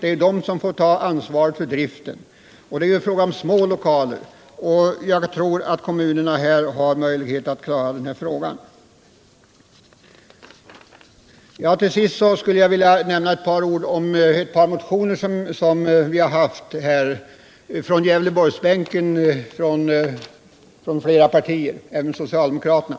Det är kommunen som får ta ansvaret för driften, och det är ju fråga om små lokaler. Jag tycker att kommunerna skall och kan klara detta. Till sist skulle jag vilja säga några ord om ett par motioner från Gävleborgsbänken — från flera partier, även socialdemokraterna.